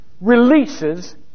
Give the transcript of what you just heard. releases